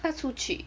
她出去